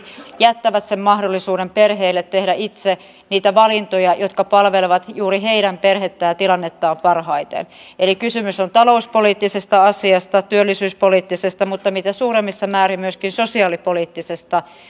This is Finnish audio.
jättävät sen mahdollisuuden perheille tehdä itse niitä valintoja jotka palvelevat juuri heidän perhettään ja tilannettaan parhaiten eli kysymys on talouspoliittisesta asiasta työllisyyspoliittisesta asiasta mutta mitä suurimmassa määrin myöskin sosiaalipoliittisesta